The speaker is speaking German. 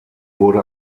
wurde